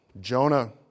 Jonah